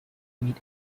meet